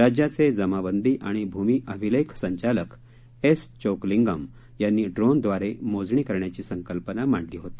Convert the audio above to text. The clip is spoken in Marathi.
राज्याचे जमाबंदी आणि भुमिअभिलेख संचालक एस चोकलिंगम यांनी ड्रोनव्दारे मोजणी करण्याची संकल्पना मांडली होती